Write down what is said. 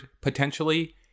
potentially